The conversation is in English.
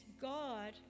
God